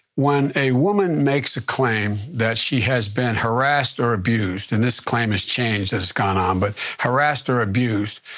when a woman makes a claim that she has been harassed or abused, and this claim has changed as it's gone on, but harassed or abused,